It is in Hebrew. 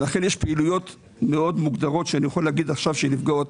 לכן יש פעילויות מוגדרות מאוד שאני יכול להגיד עכשיו שנפגעות.